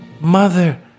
mother